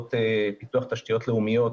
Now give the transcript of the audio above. עבודות פיתוח תשתיות לאומיות,